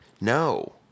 No